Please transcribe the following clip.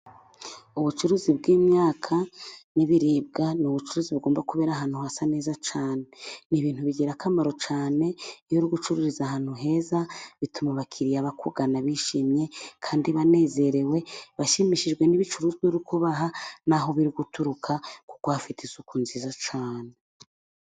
Ubucuruzi bw'imyaka n'ibiribwa ni ubucuruzi bugomba kubera ahantu hasa neza cyane, ni ibintu bigira akamaro cyane, iyo uri gucururiza ahantu heza ,bituma abakiriya bakugana bishimye ,kandi banezerewe, bashimishijwe n'ibicuruzwa no kubaha naho biri guturuka kuko haba hafite isuku nziza cyane.